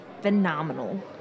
phenomenal